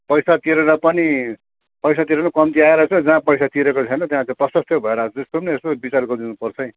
पैसा तिरेर पनि पैसा तिरेर पनि कम्ती आइरहेछ जहाँ पैसा तिरेको छैन त्यहाँ चै प्रशस्तै भइरहेको छ त्यसको पनि यसो बिचार गरिदिनु पर्छ है